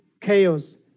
chaos